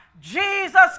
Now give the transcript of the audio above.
Jesus